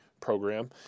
program